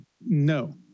No